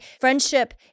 friendship